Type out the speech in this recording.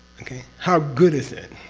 okay, how good is it?